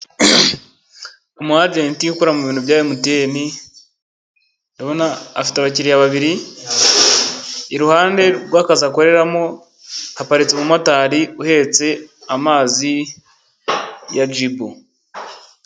Umu agenti ukora mu bintu bya MTN, afite abakiriya babiri, iruhande rw'akazu akoreramo haparitse umumotari uhetse amazi ya jibu.